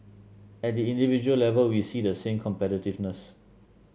at the individual level we see the same competitiveness